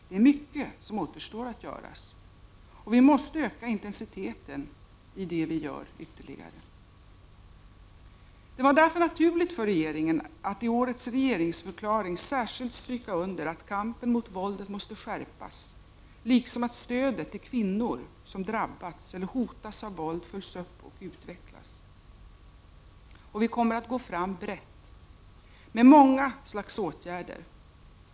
Det är mycket som återstår att göra, och vi måste ytterligare öka intensiteten i det vi gör. Det var därför naturligt för regeringen att i årets regeringsförklaring särskilt stryka under att kampen mot våldet måste skärpas liksom att stödet till kvinnor som har drabbats eller som hotas av våld följs upp och utvecklas. Vi kommer att gå fram brett, med många slags åtgärder.